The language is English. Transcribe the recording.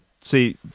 see